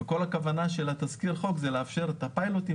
וכל הכוונה של תזכיר החוק היא לאפשר את הפיילוטים